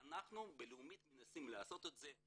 אנחנו בלאומית מנסים לעשות את זה,